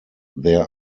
there